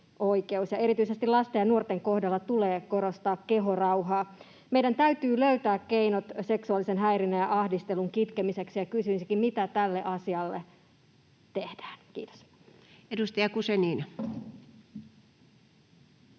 erityisesti lasten ja nuorten kohdalla tulee korostaa kehorauhaa. Meidän täytyy löytää keinot seksuaalisen häirinnän ja ahdistelun kitkemiseksi, ja kysyisinkin: mitä tälle asialle tehdään? — Kiitos. [Speech